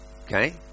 okay